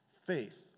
Faith